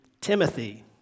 Timothy